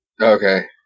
Okay